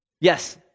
Yes